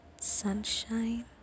sunshine